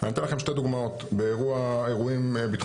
אני אתן לכם שתי דוגמאות מאירועים ביטחוניים,